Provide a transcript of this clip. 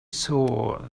saw